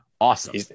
awesome